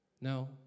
No